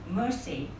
mercy